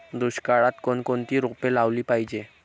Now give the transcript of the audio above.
दुष्काळात कोणकोणती रोपे लावली पाहिजे?